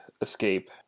escape